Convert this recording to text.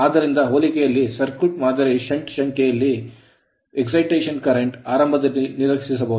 ಆದ್ದರಿಂದ ಹೋಲಿಕೆಯಲ್ಲಿ ಸರ್ಕ್ಯೂಟ್ ಮಾದರಿಯ ಷಂಟ್ ಶಾಖೆಯಲ್ಲಿ excitation ರೋಮಾಂಚಕ current ಕರೆಂಟ್ ಆರಂಭದಲ್ಲಿ ನಿರ್ಲಕ್ಷಿಸಬಹುದು